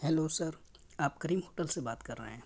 hello sir آپ Karim hotel سے بات کر رہے ہیں